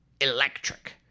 electric